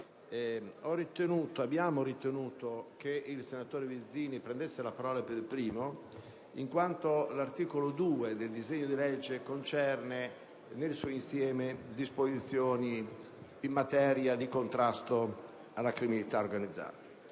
abbiamo ritenuto opportuno che il senatore Vizzini prendesse la parola per primo, in quanto l'articolo 2 del disegno di legge concerne nel suo insieme disposizioni in materia di contrasto alla criminalità organizzata